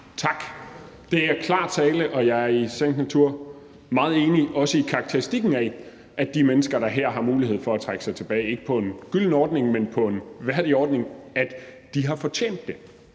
Tak. Det er klar tale, og jeg er i sagens natur meget enig, også i karakteristikken af, at de mennesker, der her har mulighed for at trække sig tilbage, ikke på en gylden ordning, men på en værdig ordning, har fortjent det.